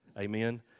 Amen